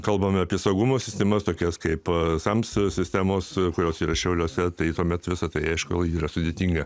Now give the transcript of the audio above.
kalbame apie saugumo sistemas tokias kaip sams sistemos kurios yra šiauliuose tai tuomet visa tai aišku yra sudėtinga